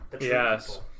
Yes